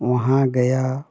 वहाँ गया